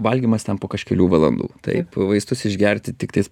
valgymas ten po kažkelių valandų taip vaistus išgerti tiktais